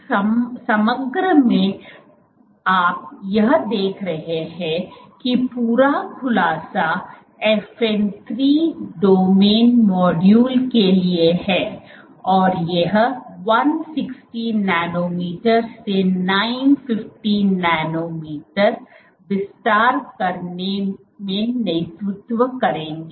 तो समग्र मैं आप यह देख रहा है कि पूरा खुलासा FN 3 डोमेन मॉड्यूल के लिए है और यह १६० नैनोमीटर से ९५० नैनोमीटर विस्तार करने मैं नेतृत्व करेंगे